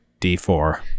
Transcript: D4